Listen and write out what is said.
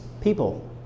people